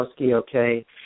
okay